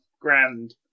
grand